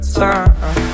time